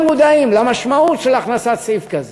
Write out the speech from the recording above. מודעים למשמעות של הכנסת סעיף כזה,